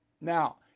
Now